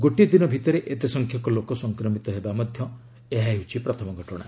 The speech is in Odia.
ଗୋଟିଏ ଦିନ ଭିତରେ ଏତେ ସଂଖ୍ୟକ ଲୋକ ସଂକ୍ରମିତ ହେବା ମଧ୍ୟ ଏହା ପ୍ରଥମ ଘଟଣା